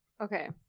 Okay